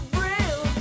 real